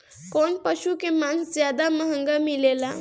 कौन पशु के मांस ज्यादा महंगा मिलेला?